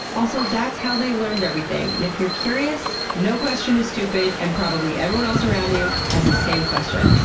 also, that's how they learned everything. and if you're curious, no question is stupid and probably everyone else around you has the same question.